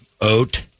Oat